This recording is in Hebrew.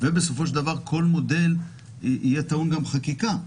ובסופו של דבר כל מודל יהיה טעון גם חקיקה.